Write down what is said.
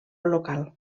local